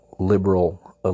Liberal